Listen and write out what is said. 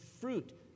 fruit